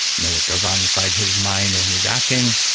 know what goes on inside his mind when he's acting,